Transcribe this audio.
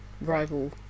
rival